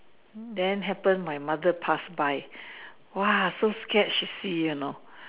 then happened my mother passed by !wah! so scared she see you know